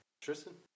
Tristan